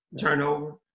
turnover